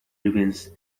remains